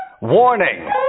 warning